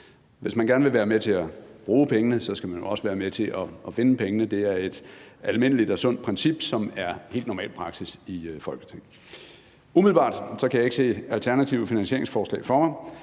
Hvis man gerne vil være med til at bruge pengene, skal man også være med til at finde pengene – det er et almindeligt og sundt princip, som er helt normal praksis i Folketinget. Umiddelbart kan jeg ikke se alternative finansieringsforslag for mig,